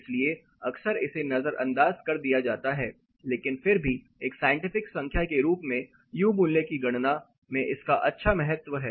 इसलिए अक्सर इसे नजरअंदाज कर दिया जाता है लेकिन फिर भी एक साइंटिफिक संख्या के रूप में U मूल्य की गणना में इसका अच्छा महत्व है